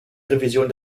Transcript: revision